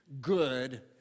good